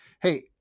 hey